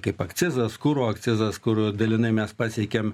kaip akcizas kuro akcizas kur dalinai mes pasiekėm